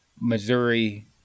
Missouri